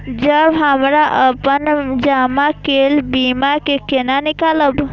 जब हमरा अपन जमा केल बीमा के केना निकालब?